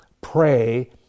pray